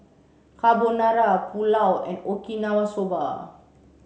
Carbonara Pulao and Okinawa soba